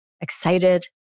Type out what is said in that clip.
excited